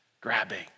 grabbing